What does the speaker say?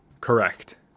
Correct